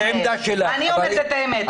אני אומרת את האמת.